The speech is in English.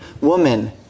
woman